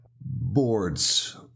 boards